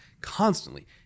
Constantly